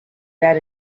that